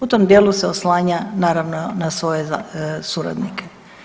U tom dijelu se oslanja naravno na svoje suradnike.